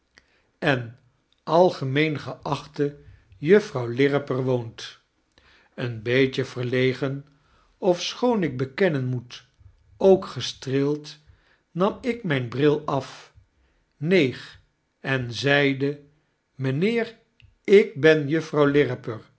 welbekendeen algemeen geachte juffrouw lirriper woont een beetje verlegen ofschoon ik bekennen moet ook gestreeld nam ik myn bril af neeg en zeide mijnheer ik ben juffrouw